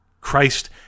Christ